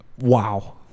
Wow